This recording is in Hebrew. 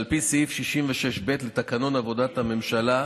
על פי סעיף 66(ב) לתקנון עבודת הממשלה,